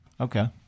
Okay